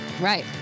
Right